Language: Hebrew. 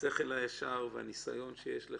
השכל הישר ועל הניסיון שיש לך,